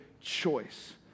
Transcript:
Choice